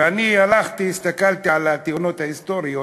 ואני הלכתי, הסתכלתי על התאונות ההיסטוריות